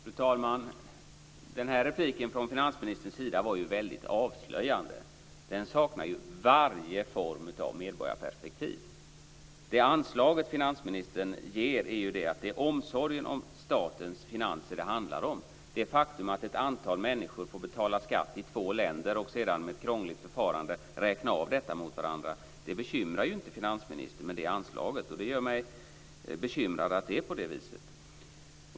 Fru talman! Detta inlägg från finansministern var ju väldigt avslöjande. Den saknade varje form av medborgarperspektiv. Det anslaget som finansministern har är att det är omsorgen om statens finanser som det handlar om. Det faktum att ett antal människor får betala skatt i två länder och sedan genom ett krångligt förfarande göra en avräkning bekymrar inte finansministern, men det gör mig bekymrad.